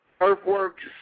earthworks